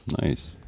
Nice